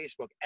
Facebook